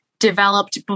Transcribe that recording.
developed